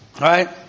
Right